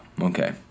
Okay